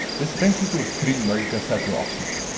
this brings you to a screen where you can set your options.